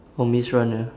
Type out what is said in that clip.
oh maze runner